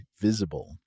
Visible